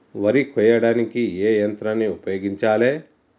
వరి కొయ్యడానికి ఏ యంత్రాన్ని ఉపయోగించాలే?